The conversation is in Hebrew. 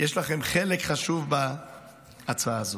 יש לכם חלק חשוב בהצעה הזאת.